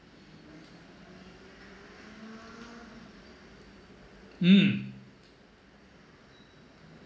mm